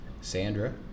Sandra